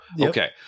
Okay